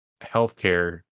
healthcare